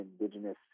indigenous